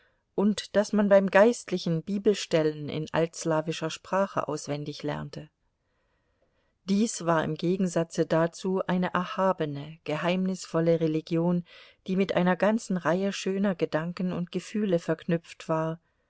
und daß man beim geistlichen bibelstellen in altslawischer sprache auswendig lernte dies war im gegensatze dazu eine erhabene geheimnisvolle religion die mit einer ganzen reihe schöner gedanken und gefühle verknüpft war